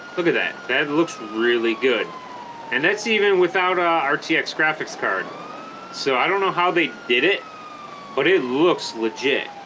look at that that looks really good and that's even without ah ah rtx graphics card so i don't know how they did it but it looks legit